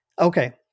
Okay